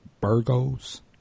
Burgos